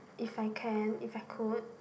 if I can if I could